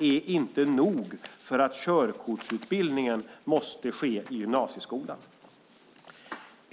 är inte skäl nog för att körkortsutbildningen måste ske i gymnasieskolan.